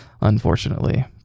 unfortunately